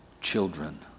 children